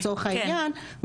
לצורך העניין,